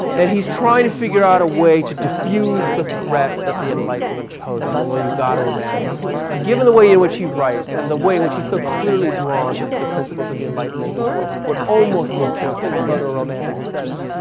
and he's trying to figure out a way to diffuse the threat that the enlightenment poses, although you've got to imagine given the way in he writes and the way he's so clearly drawn to the principles of the enlightenment and to what what almost looked to us like proto-romantic aesthetics.